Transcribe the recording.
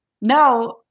No